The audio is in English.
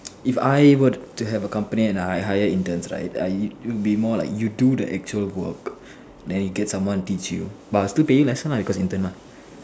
if I were to have a company and I hire interns like I it would be more of like you do the actual work and you get someone teach you but but still taking lesson because intern mah